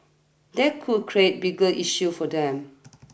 that could create bigger issues for them